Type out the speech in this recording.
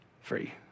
free